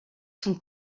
son